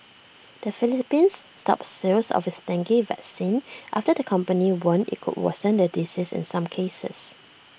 the Philippines stopped sales of its dengue vaccine after the company warned IT could worsen the disease in some cases